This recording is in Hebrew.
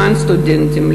למען סטודנטים,